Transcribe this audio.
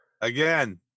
again